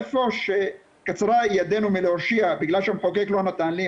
איפה שקצרה ידינו מלהושיע בגלל שהמחוקק לא נתן לי,